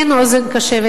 אין אוזן קשבת.